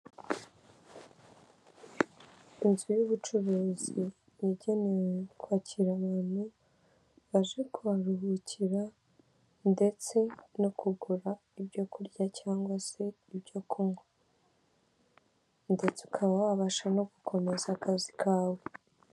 Inzu y'ubucuruzi yagenewe kwakira abantu baje kuharuhukira ndetse no kugura ibyo kurya cyangwa se ibyo kunywa ndetse ukaba wabasha no gukomeza akazi kawe.